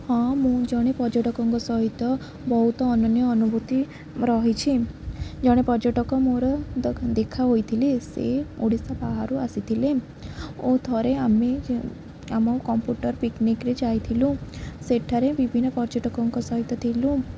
ହଁ ମୁଁ ଜଣେ ପର୍ଯ୍ୟଟକଙ୍କ ସହିତ ବହୁତ ଅନନ୍ୟ ଅନୁଭୂତି ରହିଛି ଜଣେ ପର୍ଯ୍ୟଟକ ମୋର ଦେଖା ହୋଇଥିଲେ ସେ ଓଡ଼ିଶା ବାହାରୁ ଆସିଥିଲେ ଓ ଥରେ ଆମେ ଆମ କମ୍ପୁଟର୍ ପିକ୍ନିକ୍ରେ ଯାଇଥିଲୁ ସେଠାରେ ବିଭିନ୍ନ ପର୍ଯ୍ୟଟକଙ୍କ ସହିତ ଥିଲୁ